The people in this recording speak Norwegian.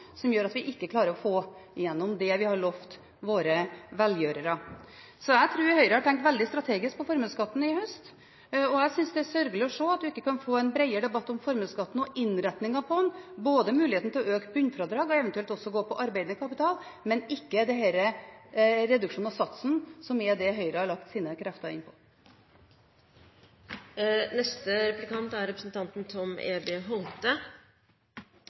som gjør at de ikke klarer å få igjennom det de har lovet sine velgjørere. Jeg tror Høyre har tenkt veldig strategisk på formuesskatten i høst, og jeg synes det er sørgelig å se at vi ikke kan få en bredere debatt om formuesskatten og innretningen på den – både muligheten til å øke bunnfradraget og eventuelt også gå på arbeidende kapital – og ikke denne reduksjonen og satsen, som er det Høyre har lagt sine krefter inn på. Representanten